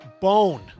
bone